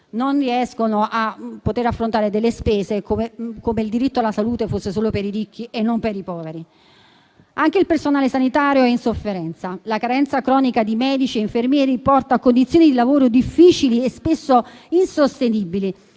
non riescono ad affrontare le spese, come se il diritto alla salute fosse solo per i ricchi e non per i poveri. Anche il personale sanitario è in sofferenza, la carenza cronica di medici e infermieri porta a condizioni di lavoro difficili e spesso insostenibili,